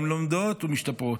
הן לומדות ומשתפרות.